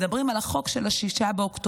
מדברים על החוק של 6 באוקטובר,